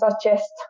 suggest